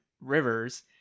Rivers